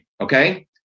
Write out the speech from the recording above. okay